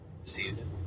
season